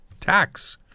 tax